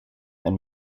and